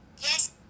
Yes